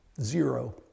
zero